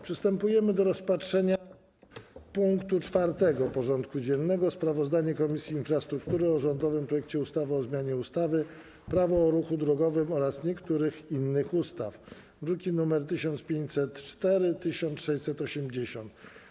Przystępujemy do rozpatrzenia punktu 4. porządku dziennego: Sprawozdanie Komisji Infrastruktury o rządowym projekcie ustawy o zmianie ustawy - Prawo o ruchu drogowym oraz niektórych innych ustaw (druki nr 1504 i 1680)